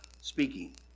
speaking